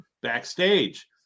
backstage